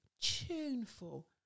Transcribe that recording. tuneful